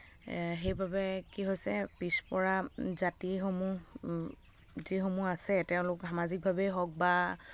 সেইবাবে কি হৈছে পিছপৰা জাতিসমূহ যিসমূহ আছে তেওঁলোক সামাজিকভাবেই হওক বা